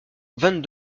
vingt